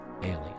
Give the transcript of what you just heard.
alien